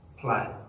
plan